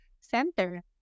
center